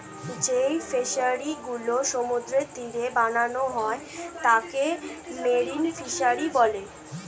যেই ফিশারি গুলো সমুদ্রের তীরে বানানো হয় তাকে মেরিন ফিসারী বলে